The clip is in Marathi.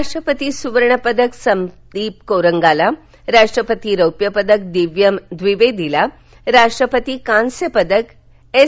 राष्ट्रपती सुवर्णपदक संदीप कोरंगाला राष्ट्रपती रौप्य पदक दिव्यम द्विवेदीला राष्ट्रपती कांस्य पदक एस